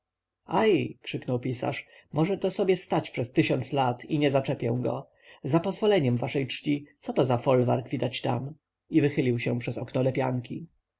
krzyknął pisarz może to sobie stać przez tysiąc lat i nie zaczepię go za pozwoleniem waszej czci co to za folwark widać tam i wychylił się przez okno lepianki